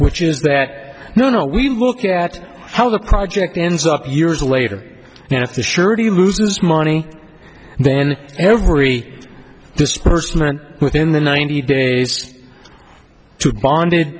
which is that no no we look at how the project ends up years later and if the surety loses money then every disbursement within the ninety days to bonded